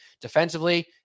defensively